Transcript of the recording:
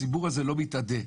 הציבור הזה לא ייעלם.